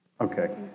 Okay